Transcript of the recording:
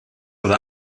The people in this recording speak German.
oder